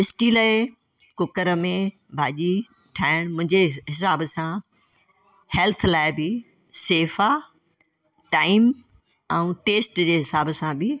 steel जे cooker में भाजी ठाहिणु मुंहिंजे हिसाब सां हैल्थ लाइ बि सेफ आहे टाइम अऊं टेस्ट जे हिसाब सां बि